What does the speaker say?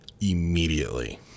immediately